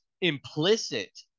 implicit